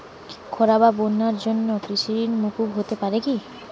খরা বা বন্যার জন্য কৃষিঋণ মূকুপ হতে পারে কি?